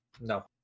No